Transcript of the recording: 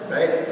Right